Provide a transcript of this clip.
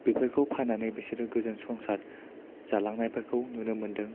बेफोरखौ फाननानै बेसोरो गोजोन संसार जालांनायफोरखौ नुनो मोनदों